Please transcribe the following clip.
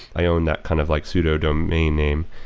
i own that kind of like pseudo domain name,